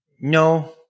no